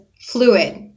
fluid